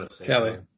Kelly